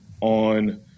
on